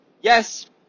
yes